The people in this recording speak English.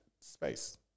space